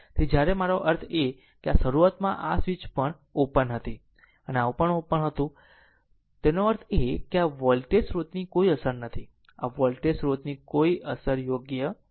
તેથી જ્યારે મારો અર્થ છે કે જ્યારે આ શરૂઆતમાં આ સ્વીચ પણ આ ઓપન હતું અને આ પણ ઓપન હતું તેનો અર્થ એ કે આ વોલ્ટેજ સ્રોતની કોઈ અસર નથી આ વોલ્ટેજ સ્રોતની કોઈ અસર યોગ્ય નથી